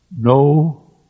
No